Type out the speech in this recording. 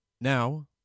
Now